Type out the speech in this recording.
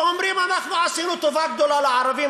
ואומרים: אנחנו עשינו טובה גדולה לערבים.